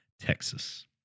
Texas